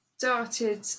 started